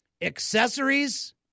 Accessories